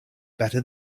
better